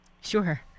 Sure